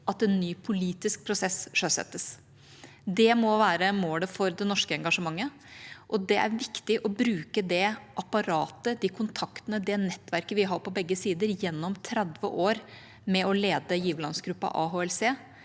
at en ny politisk prosess sjøsettes. Det må være målet for det norske engasjementet. Det er viktig å bruke det apparatet, de kontaktene, det nettverket vi har på begge sider gjennom 30 år med å lede giverlandsgruppen AHLC,